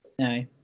No